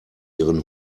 ihren